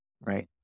right